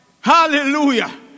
Hallelujah